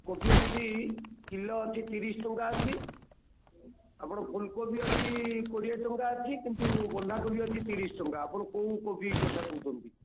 କୋବି ଅଛି କିଲୋ ଅଛି ତିରିଶ ଟଙ୍କା ଅଛି ଆପଣ ଫୁଲ କୋବି ଅଛି କୋଡ଼ିଏ ଟଙ୍କା କିନ୍ତୁ ବନ୍ଧାକୋବି ଅଛି ତିରିଶ ଟଙ୍କା ଆପଣ କେଉଁ କୋବି କଥା କହୁଛନ୍ତି